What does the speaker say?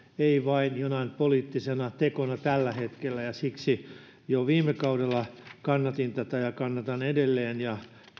ei vain jonain poliittisena tekona tällä hetkellä siksi jo viime kaudella kannatin tätä ja kannatan edelleen ja